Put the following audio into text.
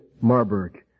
Marburg